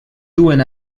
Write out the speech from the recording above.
duen